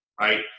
right